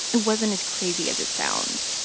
it wasn't as crazy as it sounds.